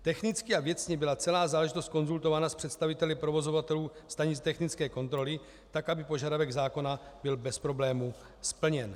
Technicky a věcně byla celá záležitost konzultována s představiteli provozovatelů stanic technické kontroly tak, aby požadavek zákona byl bez problémů splněn.